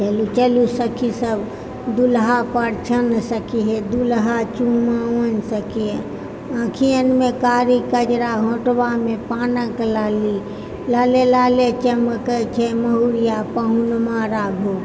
चलु चलु सखीसभ दुल्हा परिछन सखी हे दुल्हा चुमाओन सखी हे अँखियनमे कारि कजरा ओठवामे पानक लालि लाले लाले चमके छै महुरिया पहुनवा राघो